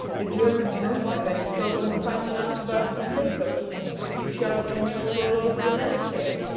the germans won't have any trouble in finding out about the potatoes if you shout the news all over the landscape.